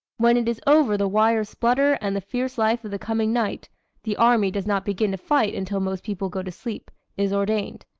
when it is over the wires splutter and the fierce life of the coming night the army does not begin to fight until most people go to sleep is ordained.